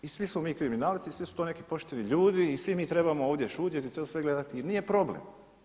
I svi smo mi kriminalci, svi su to neki pošteni ljudi i svi mi trebamo ovdje šutjeti i to sve gledati i nije problem.